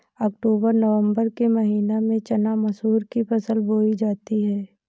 अक्टूबर नवम्बर के महीना में चना मसूर की फसल बोई जाती है?